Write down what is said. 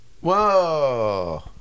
Whoa